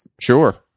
sure